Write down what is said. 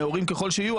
נאורים ככל שיהיו,